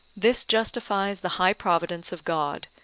this justifies the high providence of god,